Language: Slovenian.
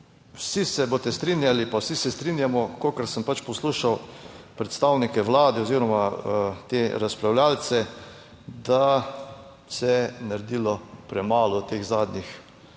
Vsi se boste strinjali, pa vsi se strinjamo, kolikor sem pač poslušal predstavnike Vlade oziroma te razpravljavce, da se je naredilo premalo v teh zadnjih